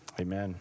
amen